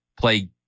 play